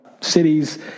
cities